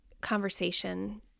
conversation